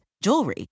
jewelry